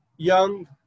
young